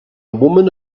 woman